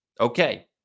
Okay